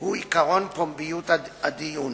הוא עקרון פומביות הדיון.